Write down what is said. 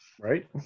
right